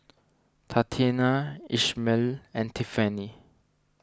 Tatianna Ishmael and Tiffanie